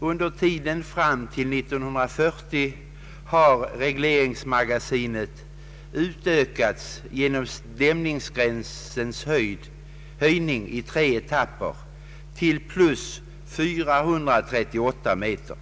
Under tiden fram till 1940 har regleringsmagasinet utökats genom dämningsgränsens höjning i tre etapper till plus 438 meter.